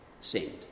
send